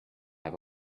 have